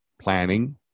planning